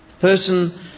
person